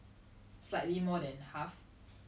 don't have the capabilities to provide this like